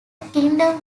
kingdom